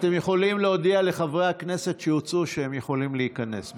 אתם יכולים להודיע לחברי הכנסת שהוצאו שהם יכולים להיכנס.